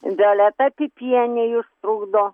violeta pypienė jus trukdo